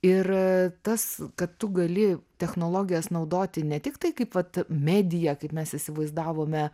ir tas kad tu gali technologijas naudoti ne tik tai kaip vat mediją kaip mes įsivaizdavome